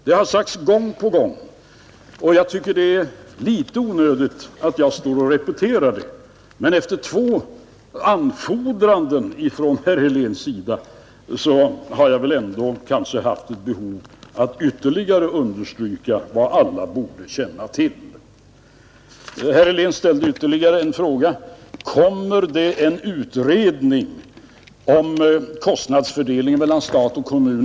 Det har sagts gång på gång och jag tycker att det är litet onödigt att jag står och repeterar det. Men efter två anfordringar från herr Helén har jag kanske haft ett behov av att ytterligare understryka vad alla borde känna till. Herr Helén ställde ytterligare en fråga: Kommer det en utredning om kostnadsfördelningen mellan stat och kommun?